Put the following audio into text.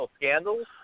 scandals